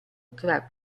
tra